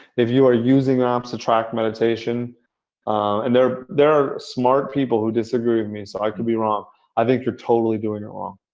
if you're using ah apps to track meditation and there there are smart people who disagree with me, so i can be wrong i think you're totally doing it wrong.